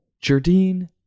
Jardine